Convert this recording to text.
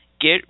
Get